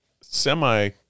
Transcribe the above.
semi